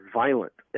violent